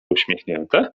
uśmiechnięte